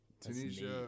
Tunisia